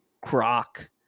croc